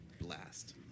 Blast